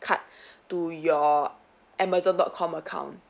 card to your amazon dot com account